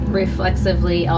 reflexively